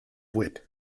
wit